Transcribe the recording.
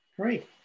Great